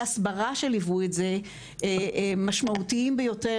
ההסברה שליוו את זה משמעותיים ביותר,